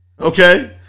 Okay